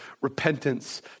repentance